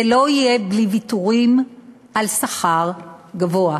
זה לא יהיה בלי ויתורים על שכר גבוה.